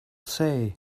say